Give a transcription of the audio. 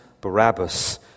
Barabbas